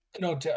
No